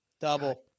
Double